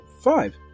five